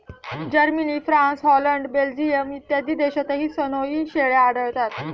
Germany, France, Holland, Belgium इत्यादी देशांतही सनोई शेळ्या आढळतात